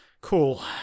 Cool